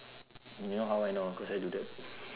you know how I know cause I do that